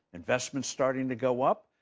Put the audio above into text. investment starting to go up.